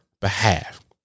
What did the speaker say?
behalf